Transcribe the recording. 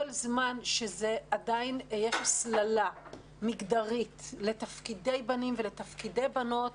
כל זמן שעדיין יש הסללה מגדרית לתפקידי בנים ולתפקידי בנות,